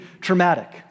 traumatic